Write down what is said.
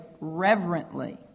reverently